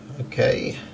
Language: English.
okay